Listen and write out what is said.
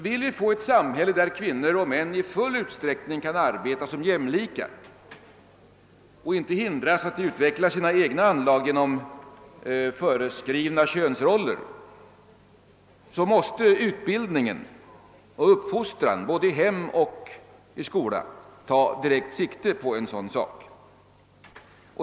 Vill vi få ett samhälle där kvinnor och män i full utsträckning kan arbeta som jämlikar och inte hindras att utveckla sina egna anlag genom föreskrivna könsroller, måste utbildningen och uppfostran både i hem och i skola ta direkt sikte på en sådan sak.